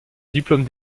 diplôme